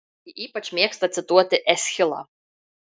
ji ypač mėgsta cituoti eschilą